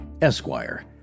Esquire